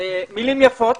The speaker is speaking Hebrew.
מילים יפות.